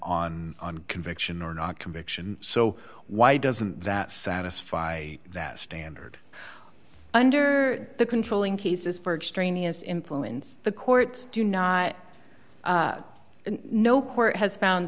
on conviction or not conviction so why doesn't that satisfy that standard under the controlling cases for extraneous influence the courts do not no court has found